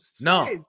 No